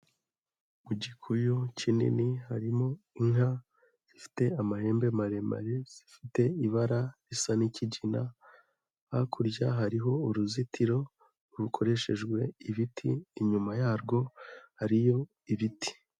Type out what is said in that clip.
Mu gikuriyo kinini harimo inka zifite amahembe maremare, zifite ibara risa n'ikigina. Hakurya hariho uruzitiro rukoreshejwe ibiti ,inyuma yarwo hariyo ibiti.